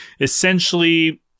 essentially